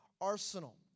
arsenal